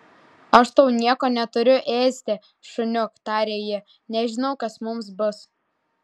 aš tau nieko neturiu ėsti šuniuk tarė ji nežinau kas mums bus